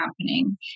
happening